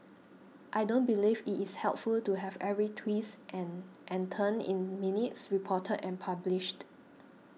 I don't believe it is helpful to have every twist and and turn in minutes reported and published